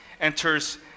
enters